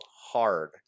hard